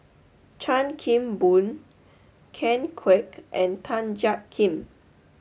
Chan Kim Boon Ken Kwek and Tan Jiak Kim